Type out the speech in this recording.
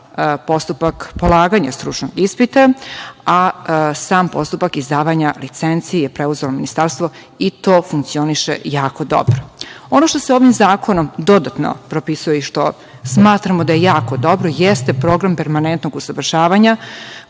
postupak polaganja stručnog ispita, a sam postupak izdavanja licenci je preuzelo Ministarstvo i to funkcioniše jako dobro. Ono što se ovim zakonom dodatno propisuje i što smatramo da je jako dobro jeste Program permanentnog usavršavanja